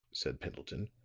said pendleton.